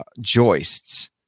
joists